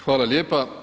Hvala lijepa.